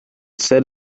set